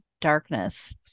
darkness